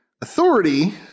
authority